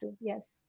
yes